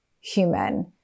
human